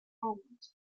end